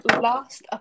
last